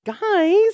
Guys